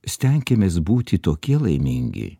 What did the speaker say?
stenkimės būti tokie laimingi